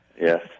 Yes